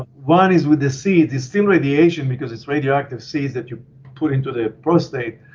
one is with the seed. there's still radiation because it's radioactive seeds that you put into the prostate,